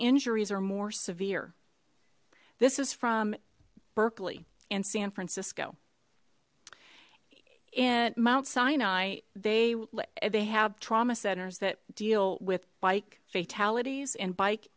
injuries are more severe this is from berkeley in san francisco and mount sinai they they have trauma centers that deal with bike